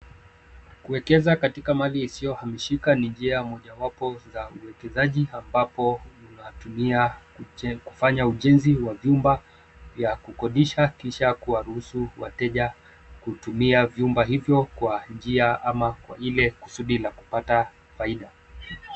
Kuekeza katika mali isiyohamishika ni njia mojawapo za uwekezaji ambapo unatumia kufanya ujenzi wa vyumba vya kukodisha kisha kuwaruhusu wateja kutumia vyumba hivyo kwa njia ama kwa ile kusudi la kupata faida.